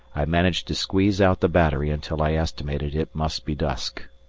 i managed to squeeze out the battery until i estimated it must be dusk.